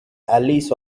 alice